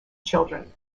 children